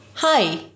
Hi